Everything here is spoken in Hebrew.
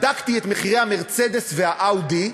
בדקתי את מחירי ה"מרצדס" וה"אאודי",